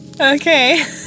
okay